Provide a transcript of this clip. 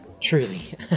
Truly